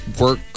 work